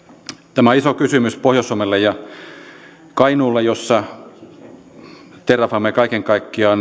tämä on iso kysymys pohjois suomelle ja kainuulle jossa terrafame edustaa kaiken kaikkiaan